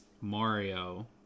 mario